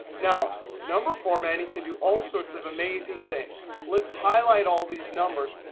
now, number formatting can do all sorts of amazing things. let's highlight all these numbers,